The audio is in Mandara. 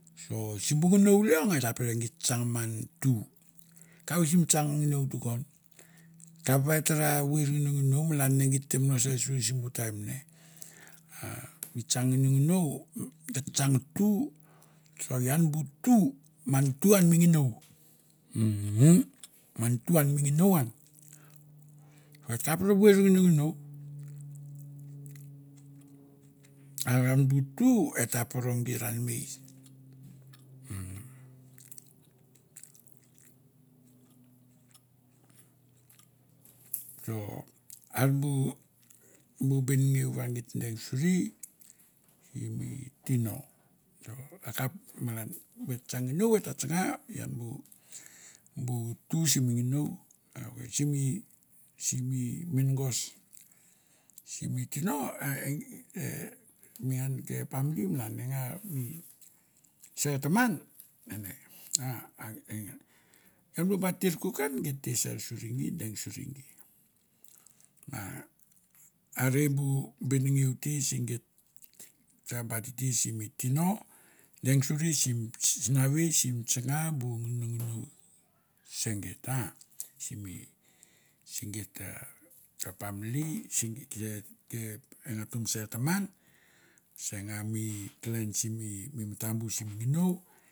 So simbu nginou leong et ta pere git tsang man tu, e kapoit na tsang nginou tukon, kap va e ta ra vuer nginonginou malan ne git tem no ser suri simbu taim ne ah mi tsang nginonginou, tsang tu, so ian bu tu, man tu an mi nginou 'umm' man tu an mi nginou an, et kap ra veur nginonginou, are an bu tu, eta poro gi ranmei 'umm' soar bu benngeu va git deng suri simi tino. So akap malan vat tsang nginou et ta tsanga ian bu bu tu simi nginou, a wet simi simi mingos simi tino e a mengan ke pamli malan e nga mi ser taman ene a e a ba titir kokouk an git te ser suri gi deng suri nge. Are bu benengeu te se geit sa ba titir simi tino, deng suri, sim sinavei sim tsanga bu nginonginou se geit 'ah' simi se geit pamli simi kep kep e ngato ba ser taman se nga me clan simi mi matambu sim nginou.